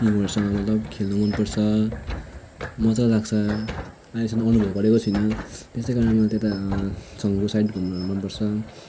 हिउँहरूसँग मतलब खेल्नु मन पर्छ मजा लाग्छ अहिलेसम्म अनुभव गरेको छुइनँ त्यसै कारणले मलाई त्यता छङ्गु साइड घुम्नु मन पर्छ